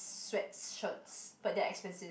sweat shirts but they are expensive